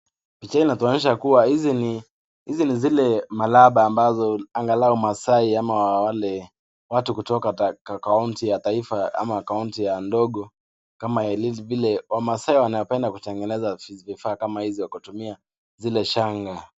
Picha hii inatuonyesha kuwa hizi ni zile malaba ambazo, Maasai ama wale watu kutoka kaunti ya taifa au kaunti ya ndogo kama vile wamaasai wanapenda kutengeneza vifaa kama hizo kutumia zile shanga.